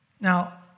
Now